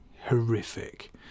horrific